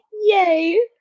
Yay